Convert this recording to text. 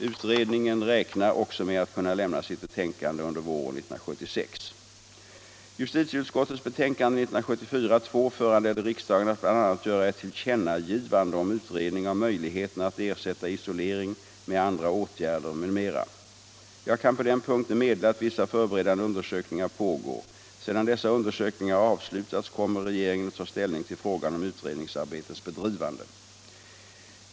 Utredningen räknar också med att kunna lämna sitt betänkande under våren 1976. Justitieutskottets betänkande 1974:2 föranledde riksdagen att bl.a. göra ett tillkännagivande om utredning av möjligheterna att ersätta isolering med andra åtgärder m.m. Jag kan på den punkten meddela att vissa förberedande undersökningar pågår. Sedan dessa undersökningar har avslutats kommer regeringen att ta ställning till frågan om utredningsarbetets bedrivande.